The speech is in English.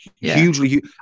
Hugely